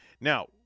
Now